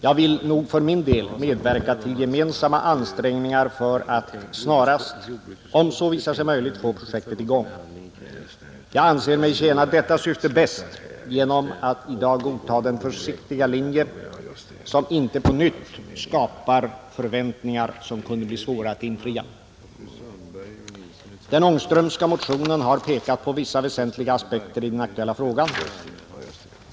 Jag vill nog för min del medverka till gemensamma ansträngningar för att snarast, om så visar sig möjligt, få projektet igång. Jag anser mig tjäna detta syfte bäst genom att i dag godta den försiktiga linje som inte på nytt skapar förväntningar som kunde bli svåra att infria. Den Ångströmska motionen har pekat på vissa väsentliga aspekter i den aktuella frågan.